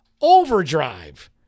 Overdrive